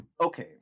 Okay